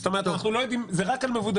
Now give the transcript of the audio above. זאת אומרת, אנחנו לא יודעים זה רק על מבודדים.